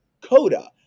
coda